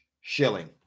shilling